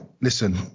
Listen